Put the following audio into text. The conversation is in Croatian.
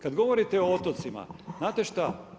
Kad govorite o otocima, znate šta?